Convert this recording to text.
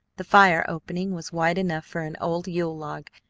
the fire-opening was wide enough for an old yule log,